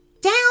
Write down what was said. Down